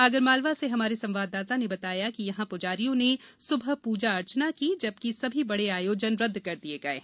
आगरमालवा से हमारे संवाददाता ने बताया कि यहां पुजारियों ने सुबह पूजा अर्चना की जबकि सभी बड़े आयोजन रद्द कर दिये गये हैं